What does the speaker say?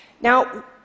Now